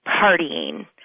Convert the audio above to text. partying